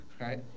Right